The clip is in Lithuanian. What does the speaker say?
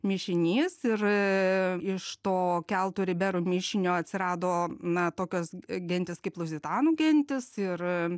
mišinys ir iš to keltų ir iberų mišinio atsirado na tokios gentys kaip luzitanų gentis ir